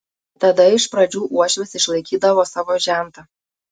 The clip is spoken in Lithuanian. tada iš pradžių uošvis išlaikydavo savo žentą